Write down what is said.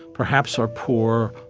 perhaps are poor,